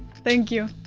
thank you